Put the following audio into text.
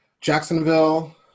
Jacksonville